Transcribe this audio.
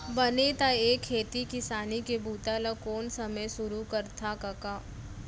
बने त ए खेती किसानी के बूता ल कोन समे सुरू करथा कका?